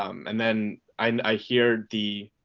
um and then i hear the